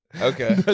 Okay